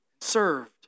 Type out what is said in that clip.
served